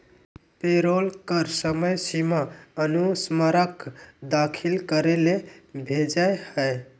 payroll कर समय सीमा अनुस्मारक दाखिल करे ले भेजय हइ